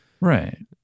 Right